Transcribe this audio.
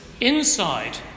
inside